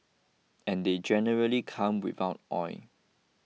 and they generally come without oil